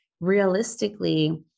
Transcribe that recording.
realistically